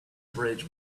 bridge